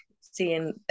seeing